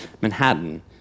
Manhattan